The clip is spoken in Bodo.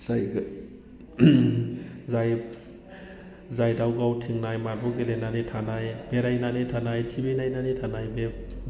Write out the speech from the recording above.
जाय जाय दाउ गावथिंनाय मार्बल गेलेनानै थानाय बेरायनानै थानाय टिभि नायनानै थानाय बे